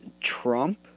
Trump